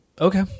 okay